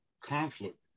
conflict